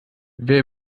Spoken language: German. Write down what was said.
wer